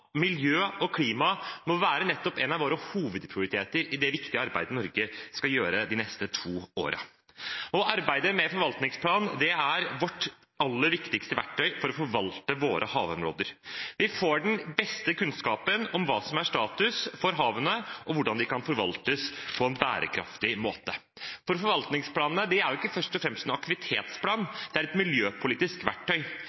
miljø og klima må være en av våre hovedprioriteter i det viktige arbeidet Norge skal gjøre de neste to årene, og arbeidet med forvaltningsplanen er vårt aller viktigste verktøy for å forvalte våre havområder. Vi får den beste kunnskapen om hva som er status for havene, og hvordan de kan forvaltes på en bærekraftig måte. Forvaltningsplanen er ikke først og fremst en